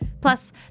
Plus